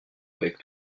avec